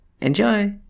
Enjoy